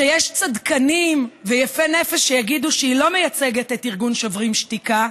שיש צדקנים ויפי נפש שיגידו שהיא לא מייצגת את ארגון שוברים שתיקה,